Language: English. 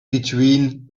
between